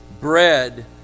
bread